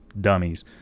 dummies